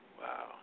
Wow